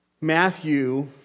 Matthew